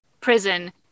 prison